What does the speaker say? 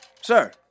Sir